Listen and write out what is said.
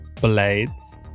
Blades